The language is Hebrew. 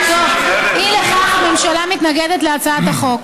אי לכך הממשלה מתנגדת להצעת החוק.